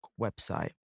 website